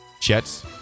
Jets